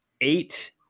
eight